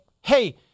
hey